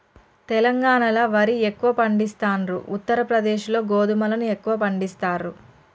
తెలంగాణాల వరి ఎక్కువ పండిస్తాండ్రు, ఉత్తర ప్రదేశ్ లో గోధుమలను ఎక్కువ పండిస్తారు